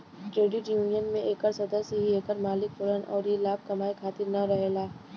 credit union में एकर सदस्य ही एकर मालिक होलन अउर ई लाभ कमाए खातिर न रहेला